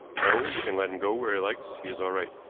no. you can let him go where he likes he is all right,